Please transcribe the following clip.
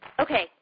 Okay